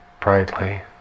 brightly